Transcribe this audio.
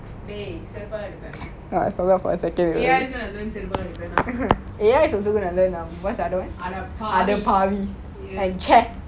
அடப்பாவி:adapaavi